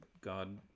God